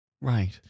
Right